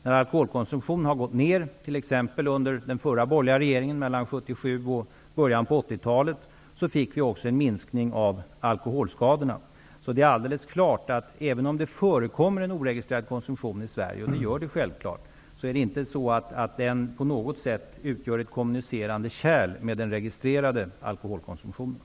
När alkoholkonsumtionen har gått ner, t.ex. under den förra borgerliga regeringens tid mellan 1977 och början av 1980 talet, fick vi också en minskning av alkoholskadorna. Det är alltså klart att även om det förekommer oregistrerad konsumtion i Sverige -- och det gör det självklart -- utgör den inte på något sätt ett kommuniserande kärl med den registrerade alkoholkonsumtionen.